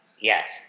Yes